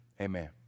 Amen